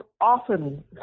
often